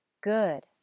Good